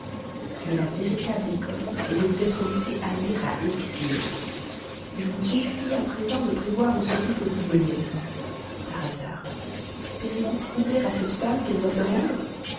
mais la véritable école est de vous être laissé aller à écrire je vous défie de prévoir à présent où ceci peut vous mener par hasard espérez-vous prouver à cette femme qu'elle doit se rendre